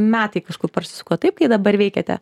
metai kažkur prasisuko taip kai dabar veikiate